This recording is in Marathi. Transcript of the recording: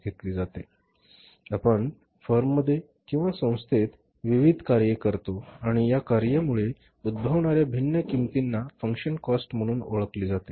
आपण फर्ममध्ये किंवा संस्थेत विविध कार्ये करतो आणि या कार्येमुळे उद्भवणाऱ्या भिन्न किमतींना फंक्शन्स कॉस्ट म्हणून ओळखली जाते